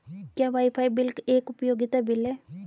क्या WiFi bill एक उपयोगिता बिल है?